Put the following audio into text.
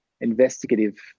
investigative